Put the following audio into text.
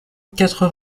quatre